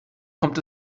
kommt